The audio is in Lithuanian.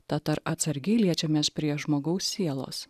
tad ar atsargiai liečiamės prie žmogaus sielos